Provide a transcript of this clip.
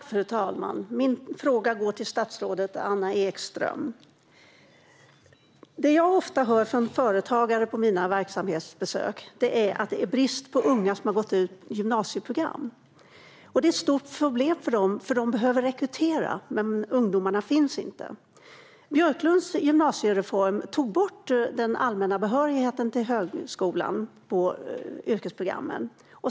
Fru talman! Min fråga går till statsrådet Anna Ekström. Det jag ofta hör från företagare på mina verksamhetsbesök är att det är brist på unga som har gått ut gymnasiets yrkesprogram. Det är ett stort problem för dem eftersom de behöver rekrytera, men ungdomarna finns inte. Björklunds gymnasiereform tog bort den allmänna behörigheten till högskolan från yrkesprogrammen.